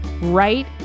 right